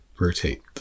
rotate